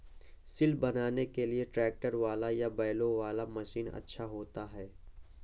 सिल बनाने के लिए ट्रैक्टर वाला या बैलों वाला मशीन अच्छा होता है?